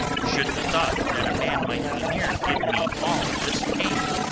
should the thought that a man might be near give me all this pain?